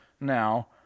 now